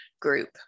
group